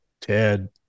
Ted